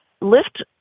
lift